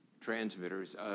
transmitters